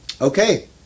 okay